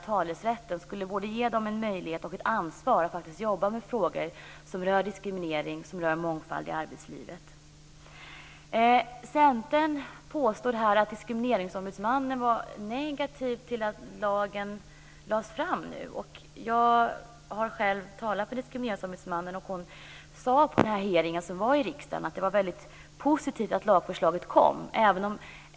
Talerätten ger dem en möjlighet och ett ansvar att jobba med frågor som rör diskriminering och mångfald i arbetslivet. Centern påstår att diskrimineringsombudsmannen var negativ till att lagen lades fram nu. Jag har talat med diskrimineringsombudsmannen. Hon sade vid hearingen i riksdagen att det var positivt att lagförslaget lades fram.